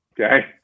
okay